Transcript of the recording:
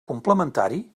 complementari